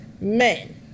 men